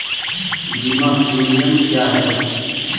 बीमा प्रीमियम क्या है?